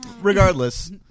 regardless